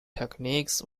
techniques